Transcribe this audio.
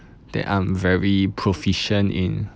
that I'm very proficient in